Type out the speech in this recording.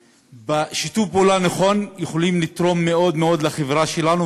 בשיתוף פעולה נכון הם יכולים לתרום מאוד מאוד לחברה שלנו,